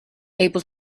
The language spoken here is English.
able